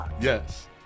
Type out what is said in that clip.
Yes